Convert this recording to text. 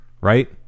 Right